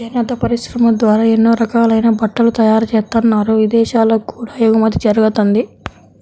చేనేత పరిశ్రమ ద్వారా ఎన్నో రకాలైన బట్టలు తయారుజేత్తన్నారు, ఇదేశాలకు కూడా ఎగుమతి జరగతంది